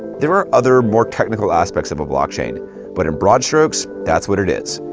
there are other more technical aspects of a blockchain, but in broad strokes, that's what it is,